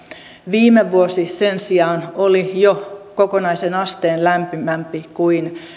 viime vuosi sen sijaan oli jo kokonaisen asteen lämpimämpi kuin